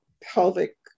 pelvic